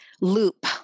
loop